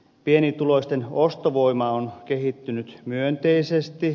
pienituloisten ostovoima on kehittynyt myönteisesti